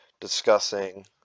discussing